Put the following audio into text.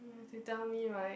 you have to tell me right